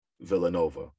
Villanova